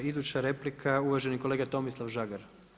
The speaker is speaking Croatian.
Iduća replika je uvaženi kolega Tomislav Žagar.